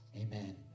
Amen